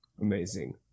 amazing